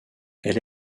elle